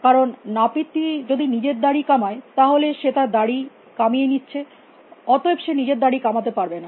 কারণ নাপিতটি যদি নিজের দাঁড়ি কামায় তাহলে সে তার দাঁড়ি কামিয়ে নিচ্ছে অতএব সে নিজের দাঁড়ি কামাতে পারবে না